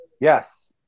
Yes